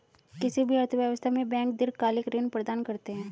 किसी भी अर्थव्यवस्था में बैंक दीर्घकालिक ऋण प्रदान करते हैं